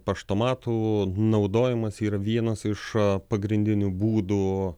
paštomatų naudojimas yra vienas iš pagrindinių būdų